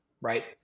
right